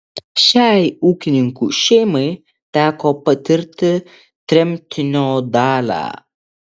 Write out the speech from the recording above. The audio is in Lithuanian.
šiai ūkininkų šeimai teko patirti tremtinio dalią